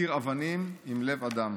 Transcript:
קיר אבנים עם לב אדם,